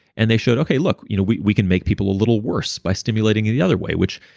and they showed, okay, look, you know we we can make people a little worse by stimulating the other way, which